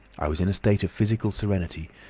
i was in a state of physical serenity,